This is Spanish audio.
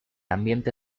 ambiente